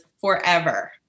forever